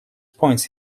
points